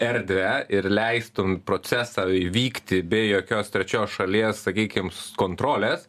erdvę ir leistum procesą vykti be jokios trečios šalies sakykim kontrolės